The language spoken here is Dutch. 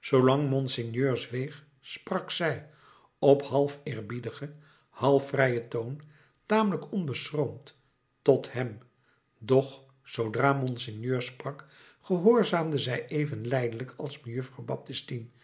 zoolang monseigneur zweeg sprak zij op half eerbiedigen half vrijen toon tamelijk onbeschroomd tot hem doch zoodra monseigneur sprak gehoorzaamde zij even lijdelijk als mejuffrouw